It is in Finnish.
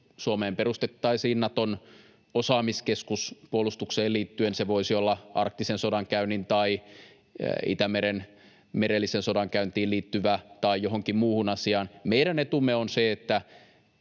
Suomeen perustettaisiin Naton osaamiskeskus. Puolustukseen liittyen se voisi olla arktiseen sodankäyntiin tai Itämeren merelliseen sodankäyntiin liittyvä tai johonkin muuhun asiaan. Meidän etumme on, että